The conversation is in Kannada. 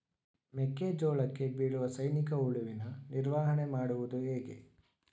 ಮೆಕ್ಕೆ ಜೋಳಕ್ಕೆ ಬೀಳುವ ಸೈನಿಕ ಹುಳುವಿನ ನಿರ್ವಹಣೆ ಮಾಡುವುದು ಹೇಗೆ?